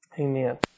Amen